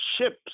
ships